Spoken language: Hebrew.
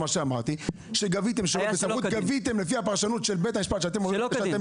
כשגביתם לפי הפרשנות שלכם שלא כדין